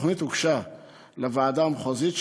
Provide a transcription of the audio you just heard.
התוכנית הוגשה לוועדת המחוזית,